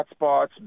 hotspots